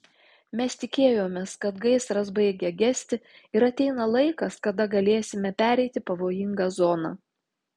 mes tikėjomės kad gaisras baigia gesti ir ateina laikas kada galėsime pereiti pavojingą zoną